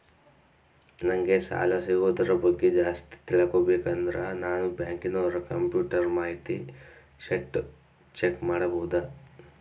ನಂಗೆ ಸಾಲ ಸಿಗೋದರ ಬಗ್ಗೆ ಜಾಸ್ತಿ ತಿಳಕೋಬೇಕಂದ್ರ ನಾನು ಬ್ಯಾಂಕಿನೋರ ಕಂಪ್ಯೂಟರ್ ಮಾಹಿತಿ ಶೇಟ್ ಚೆಕ್ ಮಾಡಬಹುದಾ?